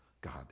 God